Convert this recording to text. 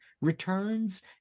returns